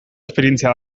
esperientzia